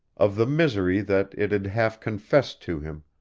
of the misery that it had half confessed to him,